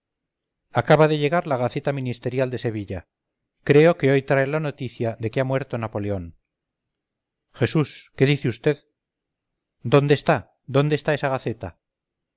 acaba de llegar la gaceta ministerial de sevilla creo que hoy trae la noticia de que ha muerto napoleón jesús qué dice vd dónde está dónde está esa gaceta